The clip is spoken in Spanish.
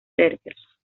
serbios